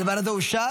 הדבר הזה אושר?